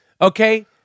okay